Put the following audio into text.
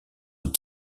aux